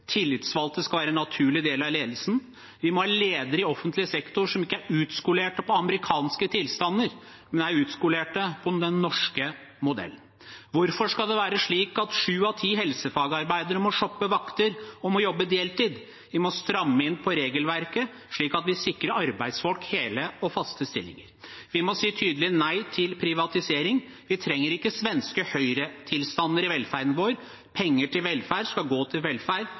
Tillitsvalgte skal være en naturlig del av ledelsen. Vi må ha ledere i offentlig sektor som ikke er skolerte i amerikanske tilstander, men skolerte i den norske modellen. Hvorfor skal det være slik at sju av ti helsefagarbeidere må shoppe vakter og jobbe deltid? Vi må stramme inn regelverket slik at vi sikrer arbeidsfolk hele og faste stillinger. Vi må si tydelig nei til privatisering. Vi trenger ikke svenske høyretilstander i velferden vår. Penger til velferd skal gå til velferd,